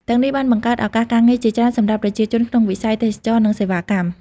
ទាំងនេះបានបង្កើតឱកាសការងារជាច្រើនសម្រាប់ប្រជាជនក្នុងវិស័យទេសចរណ៍ និងសេវាកម្ម។